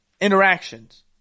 interactions